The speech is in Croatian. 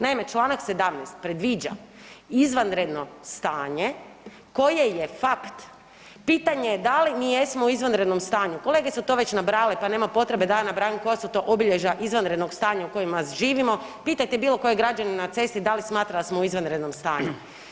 Naime, Članak 17. predviđa izvanredno stanje koje je fakt, pitanje je da li mi jesmo u izvanrednom stanju, kolege su to već nabrajale pa nema potrebe da ja to nabrajam koja su to obilježja izvanrednog stanja u kojima živimo, pitajte bilo kojeg građanina na cesti da li smatra da smo u izvanrednom stanju.